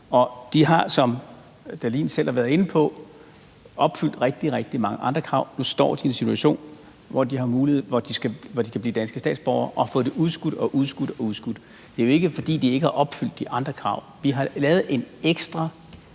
og de har, som hr. Morten Dahlin selv har været inde på, opfyldt rigtig, rigtig mange andre krav, og nu står de i en situation, hvor de skulle være blevet danske statsborgere, men det er blevet udskudt og udskudt. Det er jo ikke, fordi de ikke har opfyldt de andre krav. Vi har lavet et ekstra